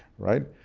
right?